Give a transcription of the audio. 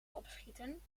opschieten